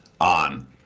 on